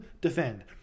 defend